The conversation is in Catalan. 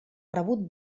rebut